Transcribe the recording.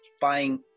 buying